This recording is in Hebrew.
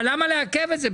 אבל למה לעכב את זה,